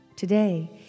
Today